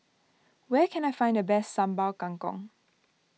where can I find the best Sambal Kangkong